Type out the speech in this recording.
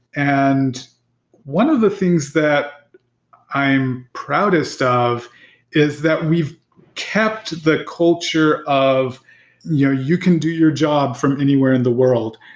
and one of the things that i'm proudest of is that we've kept the culture of you can do your job from anywhere in the world.